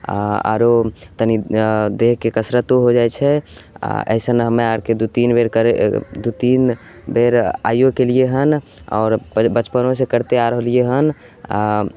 आओर आरो तनि अऽ देहके कसरतो हो जाइ छै आओर अइसन हमे आरके दुइ तीन बेर करै दुइ तीन बेर आइओ केलिए हँ आओर बचपनोसे करिते आ रहलिए हँ आओर